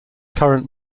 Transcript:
current